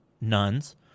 nuns